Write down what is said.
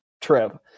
trip